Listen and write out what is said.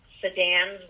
Sedans